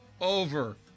over